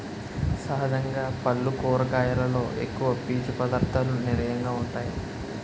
సహజంగా పల్లు కూరగాయలలో ఎక్కువ పీసు పధార్ధాలకు నిలయంగా వుంటాయి